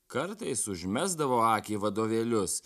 kartais užmesdavo akį į vadovėlius